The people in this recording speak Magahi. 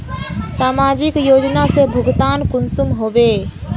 समाजिक योजना से भुगतान कुंसम होबे?